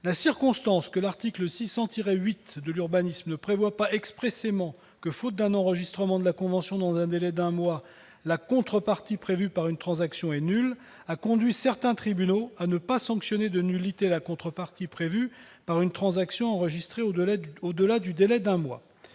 La circonstance que l'article L. 600-8 du code de l'urbanisme ne prévoit pas expressément que, faute d'un enregistrement de la convention dans un délai d'un mois, la contrepartie prévue par une transaction est nulle, a conduit certains tribunaux à ne pas sanctionner de nullité la contrepartie prévue par une transaction enregistrée au-delà du délai d'un mois.